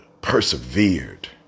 persevered